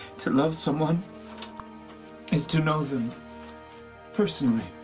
to love someone is to know them personally.